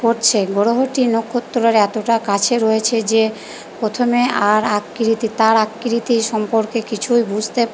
করছে গ্রহটি নক্ষত্রর এতোটা কাছে রয়েছে যে প্রথমে আর আকৃতি তার আকৃতির সম্পর্কে কিছুই বুঝতে